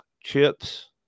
Chips